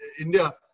India